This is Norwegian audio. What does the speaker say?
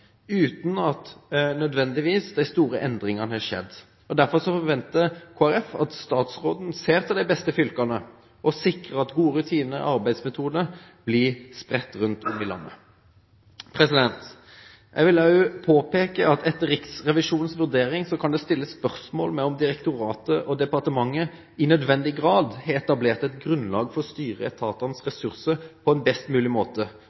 uten at de store endringene nødvendigvis har skjedd. Derfor forventer Kristelig Folkeparti at statsråden ser på de beste fylkene og sikrer at gode rutiner og arbeidsmetoder blir spredt rundt om i landet. Jeg vil også påpeke at etter Riksrevisjonens vurdering kan det stilles spørsmål om hvorvidt direktoratet og departementet i nødvendig grad har etablert et grunnlag for å styre etatens ressurser på best mulig måte,